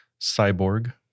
Cyborg